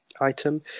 item